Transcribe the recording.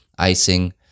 Icing